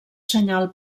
senyal